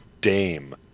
dame